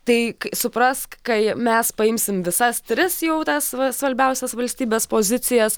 tai suprask kai mes paimsim visas tris jau tas va svarbiausias valstybės pozicijas